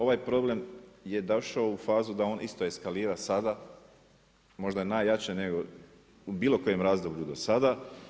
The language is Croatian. Ovaj problem je došao u fazu da on isto eskalira sada, možda najjače nego u bilo kojem razdoblju do sada.